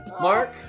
Mark